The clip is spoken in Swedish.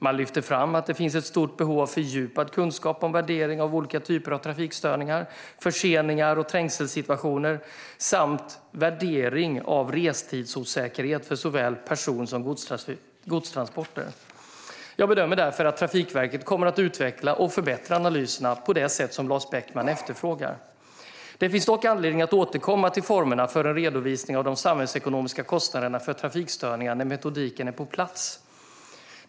Man lyfter fram att det finns ett stort behov av fördjupad kunskap om värdering av olika typer av trafikstörningar, förseningar och trängselsituationer samt värdering av restidsosäkerhet för såväl person som godstransporter. Jag bedömer därför att Trafikverket kommer att utveckla och förbättra analyserna på det sätt som Lars Beckman efterfrågar. Det finns dock anledning att återkomma till formerna för en redovisning av de samhällsekonomiska kostnaderna för trafikstörningar när metodiken är på plats.